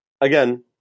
again